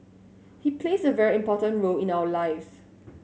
he plays a very important role in our lives